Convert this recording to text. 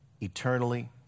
eternally